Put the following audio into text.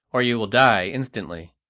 or you will die instantly.